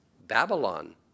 Babylon